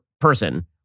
person